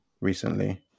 recently